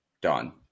Done